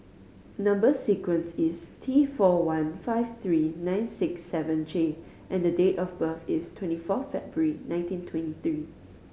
number sequence is T four one five three nine six seven J and date of birth is twenty four February nineteen twenty three